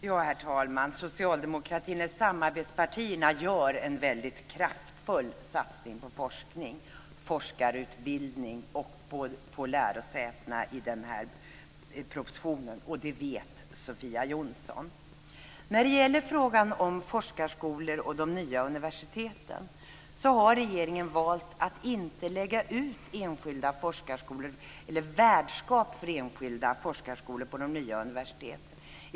Herr talman! Socialdemokratin gör med samarbetspartierna en kraftfull satsning på forskning och forskarutbildning och på lärosätena i propositionen. Det vet Sofia Jonsson. När det gäller frågan om forskarskolor och de nya universiteten har regeringen valt att inte lägga ut enskilda forskarskolor eller värdskap för dessa på de nya universiteten.